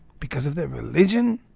because of their religion,